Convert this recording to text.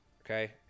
Okay